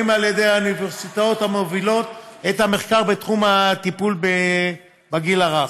על ידי האוניברסיטאות המובילות את המחקר בתחום הטיפול בגיל הרך.